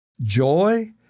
Joy